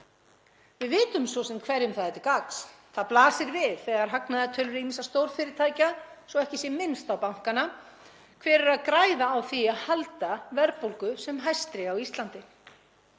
Við vitum svo sem hverjum það er til gagns. Það blasir við í hagnaðartölum ýmissa stórfyrirtækja, svo að ekki sé minnst á bankana, hver er að græða á því að halda verðbólgu sem hæstri á Íslandi.